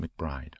McBride